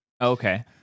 Okay